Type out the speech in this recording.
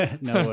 No